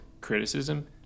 criticism